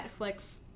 Netflix